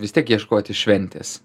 vis tiek ieškoti šventės